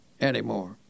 anymore